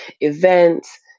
events